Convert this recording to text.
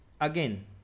again